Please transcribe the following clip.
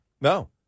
No